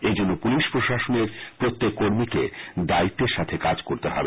এজন্য পুলিশ প্রশাসনের প্রত্যেক কর্মীকে দায়িত্বের সাথে কাজ করতে হবে